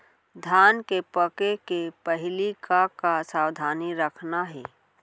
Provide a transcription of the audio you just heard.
धान के पके के पहिली का का सावधानी रखना हे?